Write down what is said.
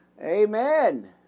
Amen